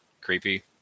creepy